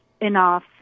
enough